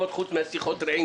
בתחבורה,